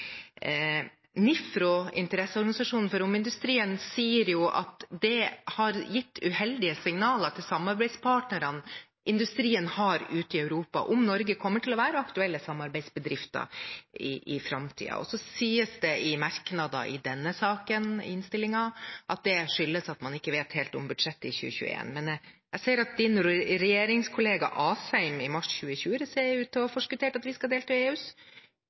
NIFRO, interesseorganisasjonen for norsk romindustri, sier at det har gitt uheldige signaler til samarbeidspartnerne som industrien har ute i Europa, om Norge kommer til å være aktuelle samarbeidsbedrifter i framtiden. Og så sies det i merknader i denne saken, i innstillingen, at det skyldes at man ikke vet helt hvordan budsjettet i 2021 blir. Men jeg ser at statsrådens regjeringskollega Asheim i mars 2020 ser ut til å ha forskuttert at vi skal delta i EUs